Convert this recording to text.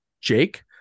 Jake